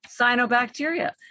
cyanobacteria